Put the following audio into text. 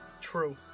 True